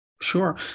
Sure